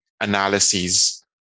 analyses